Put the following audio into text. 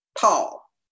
Paul